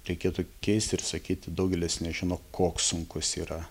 reikėtų keisti ir sakyti daugelis nežino koks sunkus yra